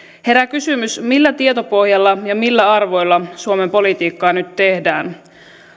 herää kysymys millä tietopohjalla ja millä arvoilla suomen politiikkaa nyt tehdään